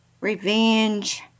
Revenge